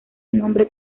nombre